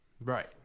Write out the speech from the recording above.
right